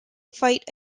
fight